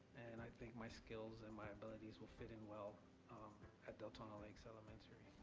and i think my skills and my abilities will fit in well um at deltona lakes elementary.